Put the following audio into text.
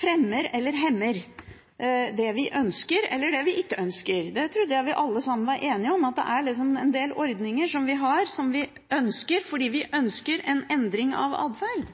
fremmer eller hemmer det vi ønsker, eller det vi ikke ønsker. Jeg trodde vi alle sammen var enige om at det er en del ordninger vi har, og som vi ønsker å ha, fordi vi ønsker en endring av atferd.